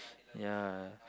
ya